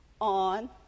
on